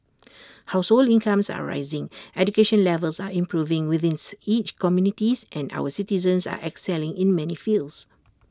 household incomes are rising education levels are improving within each communities and our citizens are excelling in many fields